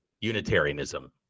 unitarianism